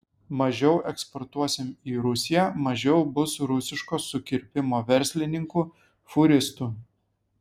mažiau eksportuosim į rusiją mažiau bus rusiško sukirpimo verslininkų fūristų